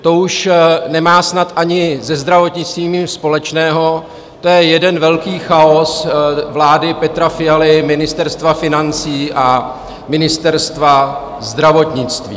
To už nemá snad ani se zdravotnictvím nic společného, to je jeden velký chaos vlády Petra Fialy, Ministerstva financí a Ministerstva zdravotnictví.